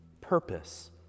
purpose